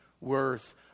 worth